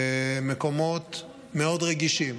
במקומות מאוד רגישים,